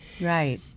Right